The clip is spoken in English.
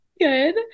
Good